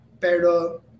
Pero